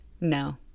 no